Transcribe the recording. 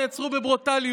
מאות נעצרו בברוטליות,